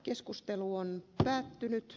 keskustelu on päättynyt